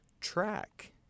track